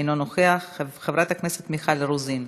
אינו נוכח, חברת הכנסת מיכל רוזין,